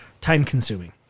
time-consuming